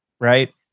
right